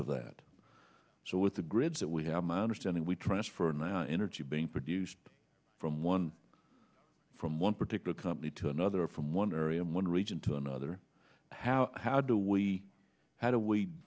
of that so with the grids that we have my understanding we transfer now energy being produced from one from one particular company to another from one area and one region to another how how do we how do we